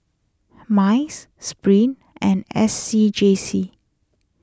Minds Spring and S C J C